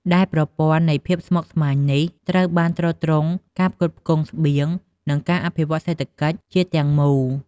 ដែលប្រព័ន្ធនៃភាពស្មុគស្មាញមួយនេះ ត្រូវបានទ្រទ្រង់ការផ្គត់ផ្គង់ស្បៀង និងការអភិវឌ្ឍសេដ្ឋកិច្ចជាតិទាំងមូល។